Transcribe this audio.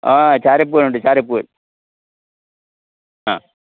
ആ ചാരപ്പൂവനുണ്ട് ചാരപ്പൂവൻ ആ